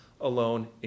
alone